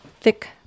thick